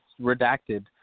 Redacted